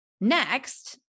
Next